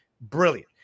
brilliant